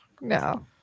No